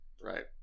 Right